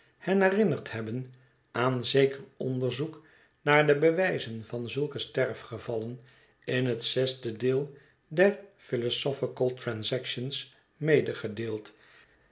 herinnerd hebben aan zeker onderzoek naar de bewijzen van zulke sterfgevallen in het zesde deel der philosophical